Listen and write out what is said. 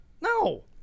no